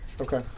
okay